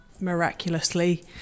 miraculously